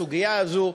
בסוגיה הזו,